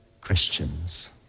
Christians